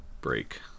break